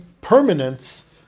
permanence